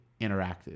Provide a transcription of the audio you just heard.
interactive